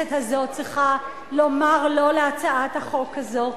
שהכנסת הזאת צריכה לומר "לא" להצעת החוק הזאת.